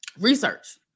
research